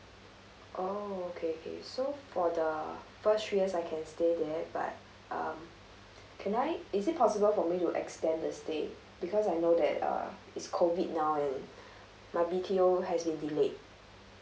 oh okay okay so for the first three years I can stay there but uh can I is it possible for me to extend the stay because I know that uh is COVID now and my B_T_O has been delayed